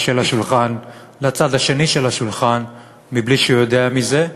השולחן לצד השני של השולחן מבלי שהוא יודע מזה,